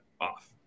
off